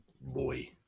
boy